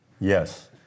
Yes